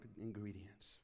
ingredients